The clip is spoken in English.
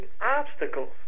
obstacles